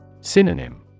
Synonym